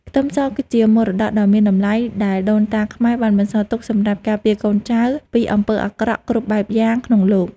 ខ្ទឹមសគឺជាមរតកដ៏មានតម្លៃដែលដូនតាខ្មែរបានបន្សល់ទុកសម្រាប់ការពារកូនចៅពីអំពើអាក្រក់គ្រប់បែបយ៉ាងក្នុងលោក។